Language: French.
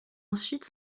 ensuite